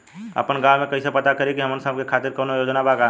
आपन गाँव म कइसे पता करि की हमन सब के खातिर कौनो योजना बा का?